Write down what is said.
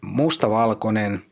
mustavalkoinen